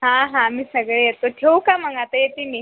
हां हा आम्ही सगळे येतो ठेवू का मग आता येते मी